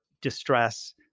distress